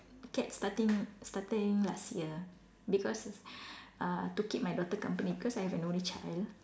cats starting starting last year because uh to keep my daughter company because I've an only child